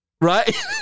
right